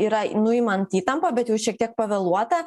yra nuimant įtampą bet jau šiek tiek pavėluota